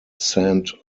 saint